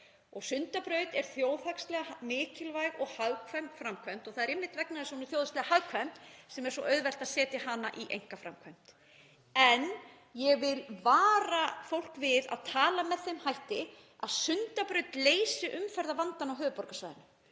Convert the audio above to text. Sundabraut er þjóðhagslega mikilvæg og hagkvæm framkvæmd og það er einmitt vegna þess að hún er þjóðhagslega hagkvæm sem er svo auðvelt að setja hana í einkaframkvæmd. En ég vil vara fólk við að tala með þeim hætti að Sundabraut leysi umferðarvandann á höfuðborgarsvæðinu.